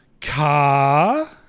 Car